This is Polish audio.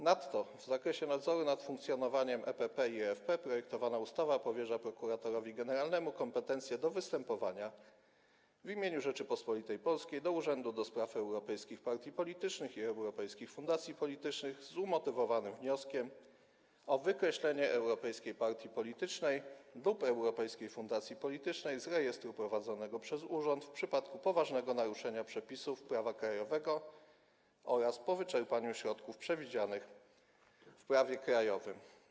Nadto w zakresie nadzoru nad funkcjonowaniem EPP i EFP projektowana ustawa powierza prokuratorowi generalnemu kompetencje do występowania w imieniu Rzeczypospolitej Polskiej do Urzędu ds. Europejskich Partii Politycznych i Europejskich Fundacji Politycznych z umotywowanym wnioskiem o wykreślenie europejskiej partii politycznej lub europejskiej fundacji politycznej z rejestru prowadzonego przez urząd w przypadku poważnego naruszenia przepisów prawa krajowego oraz po wyczerpaniu środków przewidzianych w prawie krajowym.